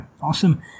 awesome